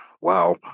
wow